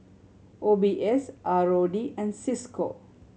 O B S R O D and Cisco